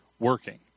working